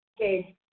Okay